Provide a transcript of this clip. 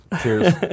Cheers